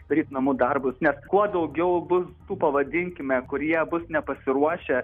pasidaryt namų darbus nes kuo daugiau bus tų pavadinkime kurie bus nepasiruošę